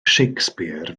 shakespeare